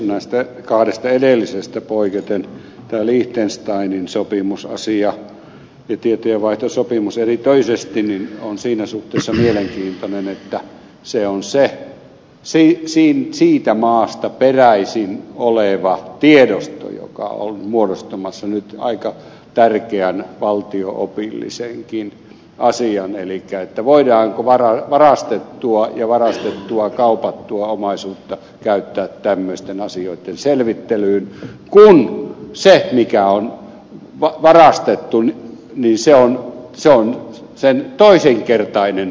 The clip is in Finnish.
näistä kahdesta edellisestä poiketen tämä liechtensteinin sopimusasia ja tietojenvaihtosopimus erityisesti on siinä suhteessa mielenkiintoinen että se on siitä maasta peräisin oleva tiedosto joka on muodostamassa nyt aika tärkeän valtio opillisenkin asian elikkä sen voidaanko varastettua ja varastettua kaupattua omaisuutta käyttää tämmöisten asioitten selvittelyyn kun se mikä on vain väärästä tuli viisi ja varastettu on toisenkertaisesti varastettu